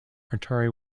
atari